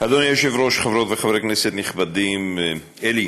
אדוני היושב-ראש, חברות וחברי כנסת נכבדים, אלי,